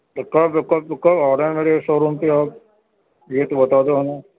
تو کب آ رہے ہیں میرے شو روم پہ آپ یہ تو بتا دو ہمیں